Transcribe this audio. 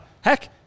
heck